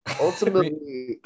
Ultimately